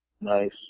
Nice